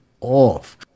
off